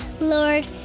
Lord